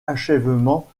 achèvement